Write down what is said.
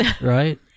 right